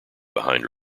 behind